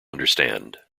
understand